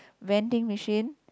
vending machine